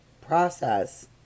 process